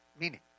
meaning